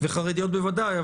חרדיות בוודאי.